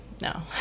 no